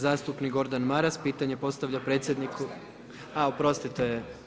Zastupnik Gordan Maras pitanje postavlja predsjedniku ... [[Upadica: ne čuje se.]] A oprostite.